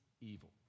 Evil